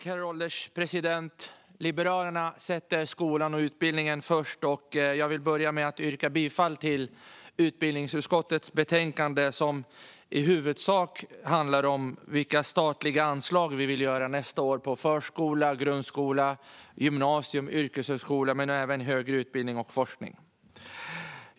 Herr ålderspresident! Liberalerna sätter skolan och utbildningen först, och jag vill börja med att yrka bifall till utbildningsutskottets förslag. Det handlar i huvudsak om vilka statliga anslag vi nästa år vill ge förskola, grundskola, gymnasium, yrkeshögskola samt högre utbildning och forskning.